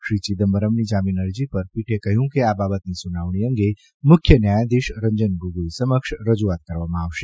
શ્રી ચિદમ્બરમની જામીન અરજી પર પીઠે કહ્યું કે આ બાબતની સુનાવણી અંગે મુખ્ય ન્યાયાધઝીશ રંજન ગોગોઇ સમક્ષ રજૂઆત કરવામાં આવશે